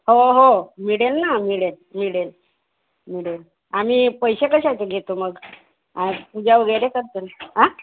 हो हो मिळेल ना मिळेल मिळेल मिळेल आम्ही पैसे कशाचे घेतो मग आ पूजा वगैरे करतो ना आ